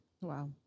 Wow